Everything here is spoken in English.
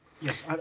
Yes